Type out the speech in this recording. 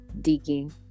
digging